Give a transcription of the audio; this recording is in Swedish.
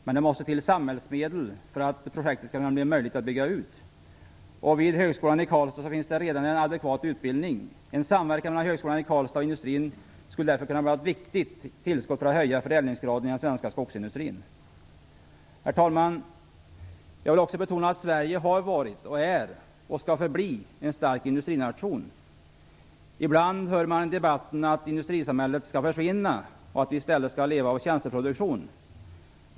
Men det måste till samhällsmedel för att detta projekt skall bli möjligt att bygga ut. Vid högskolan i Karlstad finns redan en adekvat utbildning. En samverkan mellan högskolan i Karlstad och industrin skulle därför kunna ge ett viktigt tillskott för att höja förädlingsgraden i den svenska skogsindustrin. Herr talman! Jag vill också betona att Sverige har varit, är och skall förbli en stark industrination. Ibland hör man i debatten att industrisamhället skall försvinna och att vi i stället skall leva av tjänsteproduktion.